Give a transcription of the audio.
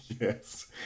Yes